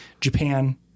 Japan